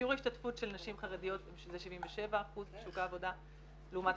שיעור ההשתתפות של נשים חרדיות בשוק העבודה זה 77% לעומת